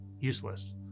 useless